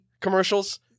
commercials